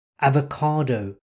avocado